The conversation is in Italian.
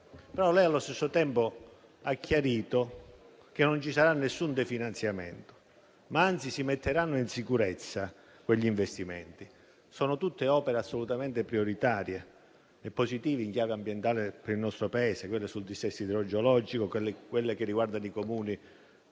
però lei, allo stesso tempo, ha chiarito che non ci sarà nessun definanziamento e che, anzi, si metteranno in sicurezza quegli investimenti. Sono tutte opere assolutamente prioritarie e positive in chiave ambientale per il nostro Paese (quelle sul dissesto idrogeologico, quelle che riguardano i Comuni